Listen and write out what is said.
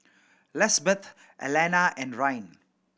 Lisbeth Allena and Ryne